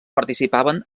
participaven